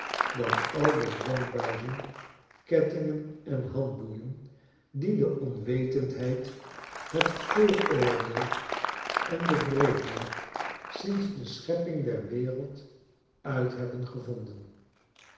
dan al de dwangbuizen kettingen en handboeien die de onwetendheid het vooroordeel en de wreedheid sinds de schepping der wereld uit hebben gevonden